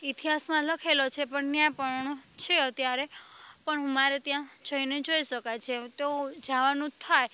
ઇતિહાસમાં લખેલો છે પણ ત્યાં પણ છે અત્યારે પણ અમારે ત્યાં જઈને જોઈ શકાય છે તો જાવાનું થાય